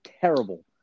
terrible